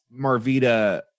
Marvita